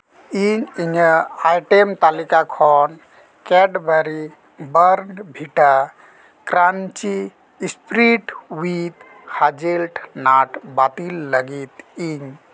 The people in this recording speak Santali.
ᱤᱧ ᱤᱧᱟᱹᱜ ᱟᱭᱴᱮᱢ ᱛᱟᱹᱠᱤᱠᱟ ᱠᱷᱚᱱ Cadbury Bournvita crunchy spread with hazelnut bottle ᱞᱟᱹᱜᱤᱫ ᱤᱧ